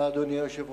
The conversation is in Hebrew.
אדוני היושב-ראש,